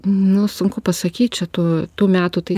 nu sunku pasakyt čia tų tų metų tai